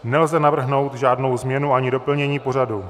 Nelze navrhnout žádnou změnu ani doplnění pořadu.